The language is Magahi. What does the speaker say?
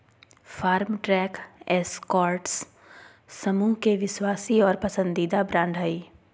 फार्मट्रैक एस्कॉर्ट्स समूह के विश्वासी और पसंदीदा ब्रांड हइ